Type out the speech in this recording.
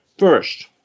First